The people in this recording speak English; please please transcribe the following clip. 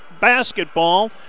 basketball